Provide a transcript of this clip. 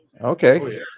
Okay